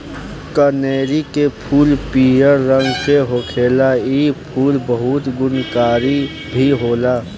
कनेरी के फूल पियर रंग के होखेला इ फूल बहुते गुणकारी भी होला